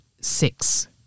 six